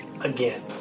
again